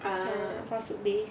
four soup base